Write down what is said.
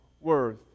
worth